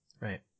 Right